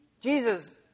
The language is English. Jesus